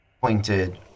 pointed